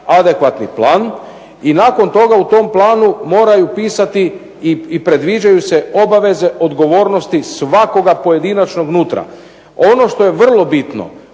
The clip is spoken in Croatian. adekvatni plan i nakon toga u tom planu moraju pisati i predviđaju se obaveze, odgovornosti svakoga pojedinačnog nutra. Ono što je vrlo bitno,